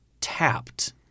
tapped